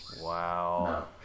Wow